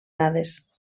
dades